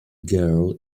girl